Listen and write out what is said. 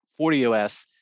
40OS